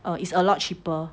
uh it's a lot cheaper